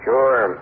Sure